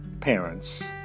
parents